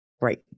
Right